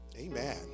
amen